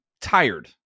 tired